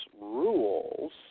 rules